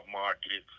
market